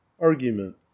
Argument